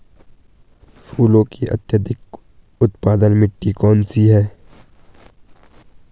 फूलों की अत्यधिक उत्पादन मिट्टी कौन सी है?